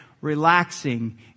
relaxing